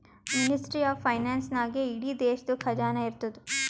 ministry of finance ನಾಗೇ ಇಡೀ ದೇಶದು ಖಜಾನಾ ಇರ್ತುದ್